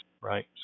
right